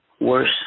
worse